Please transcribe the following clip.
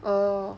orh